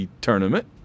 tournament